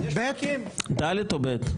ד' או ב'?